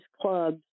clubs